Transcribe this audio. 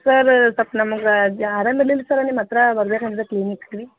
sir ಸ್ವಲ್ಪ ನಮಗೆ ಜಾ ಆರಾಮ ಇರ್ಲಿಲ್ಲ ಸರ್ ನಿಮ್ಮ ಹತ್ರ ಬರಬೇಕೆಂದ್ರೆ ಕ್ಲಿನಿಕ್ಗೆ ರೀ